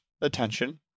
attention